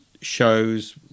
shows